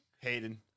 Hayden